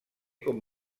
com